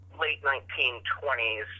late-1920s